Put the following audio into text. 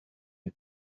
you